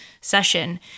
session